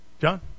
John